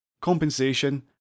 compensation